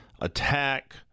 attack